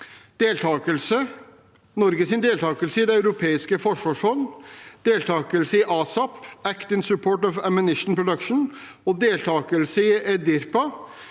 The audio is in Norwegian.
Norges deltakelse i Det europeiske forsvarsfondet, deltakelse i ASAP, Act